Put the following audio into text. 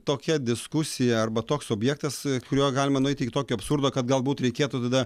tokia diskusija arba toks objektas kuriuo galima nueit iki tokio absurdo kad galbūt reikėtų tada